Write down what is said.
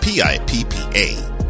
P-I-P-P-A